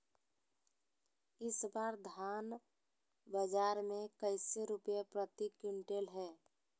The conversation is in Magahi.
इस बार धान बाजार मे कैसे रुपए प्रति क्विंटल है?